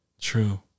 true